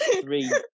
three